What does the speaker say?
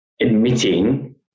admitting